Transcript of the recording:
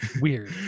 weird